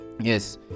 Yes